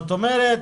זאת אומרת,